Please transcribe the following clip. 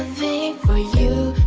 for you